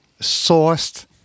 sourced